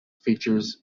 features